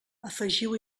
afegiu